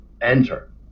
enter